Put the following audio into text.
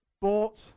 bought